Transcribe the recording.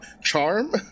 Charm